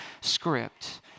script